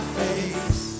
face